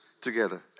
together